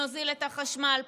נוזיל את החשמל,